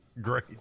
Great